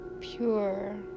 pure